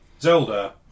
Zelda